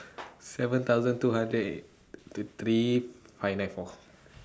seven thousand two hundred and two three five nine four